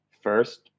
first